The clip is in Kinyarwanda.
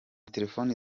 telefoni